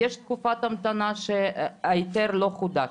תקופת המתנה שההיתר לא חודש,